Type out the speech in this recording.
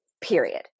period